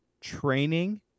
training